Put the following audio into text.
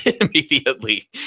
immediately